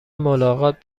ملاقات